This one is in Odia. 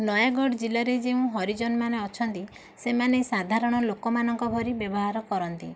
ନୟାଗଡ଼ ଜିଲ୍ଲାରେ ଯେଉଁ ହରିଜନ ମାନେ ଅଛନ୍ତି ସେମାନେ ସାଧାରଣ ଲୋକମାନଙ୍କ ଭଳି ବ୍ୟବହାର କରନ୍ତି